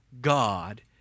God